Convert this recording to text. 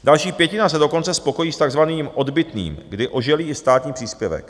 Další pětina se dokonce spokojí s takzvaným odbytným, kdy oželí i státní příspěvek.